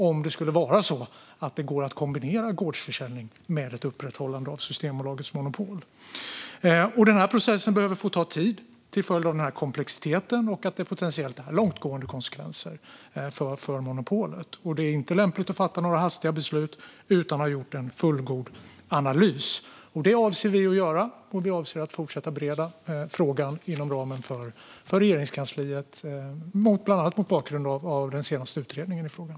Om det skulle vara så att det går att kombinera gårdsförsäljning med ett upprätthållande av Systembolagets monopol handlar det även om en möjlighet till landsbygdsutveckling. Till följd av komplexiteten och att det potentiellt finns långtgående konsekvenser för monopolet behöver processen få ta tid. Det är inte lämpligt att fatta några hastiga beslut utan att ha gjort en fullgod analys. Det avser vi att göra, och vi avser att fortsätta bereda frågan i Regeringskansliet, bland annat mot bakgrund av den senaste utredningen i frågan.